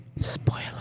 Spoiler